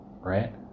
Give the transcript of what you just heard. Right